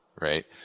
right